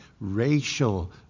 racial